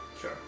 Sure